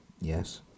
Yes